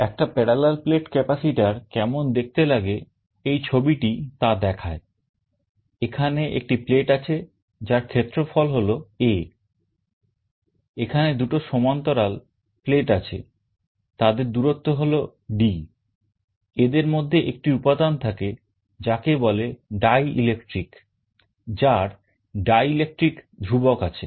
একটা parallel plate capacitor কেমন দেখতে লাগে এই ছবি হলো A এখানে দুটো সমান্তরাল plate আছে তাদের দূরত্ব হল d এদের মধ্যে একটি উপাদান থাকে যাকে বলে dielectric যার dielectric ধ্রুবক আছে